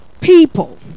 people